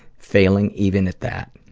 failing even at that.